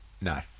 No